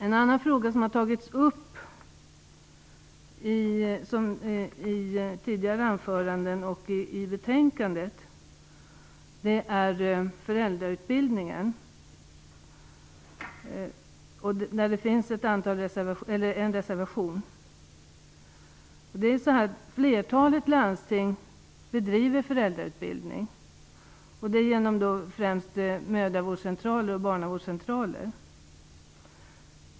En annan fråga som tagits upp både i tidigare anföranden och i betänkandet är frågan om föräldrautbildningen. Det finns en reservation där. Flertalet landsting bedriver föräldrautbildning främst genom mödravårds och barnavårdscentraler.